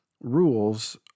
rules